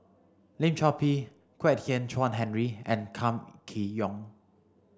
Lim Chor Pee Kwek Hian Chuan Henry and Kam Kee Yong